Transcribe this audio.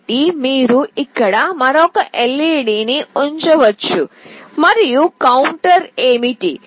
కాబట్టి మీరు ఇక్కడ మరొక LED ని ఉంచవచ్చు మరియు కౌంటర్ ఏమిటి